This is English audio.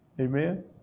Amen